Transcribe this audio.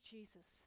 Jesus